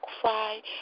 cry